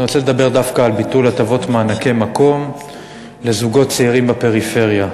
אני רוצה לדבר דווקא על ביטול הטבות מענקי מקום לזוגות צעירים בפריפריה.